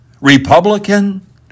Republican